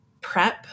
prep